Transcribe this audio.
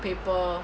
paper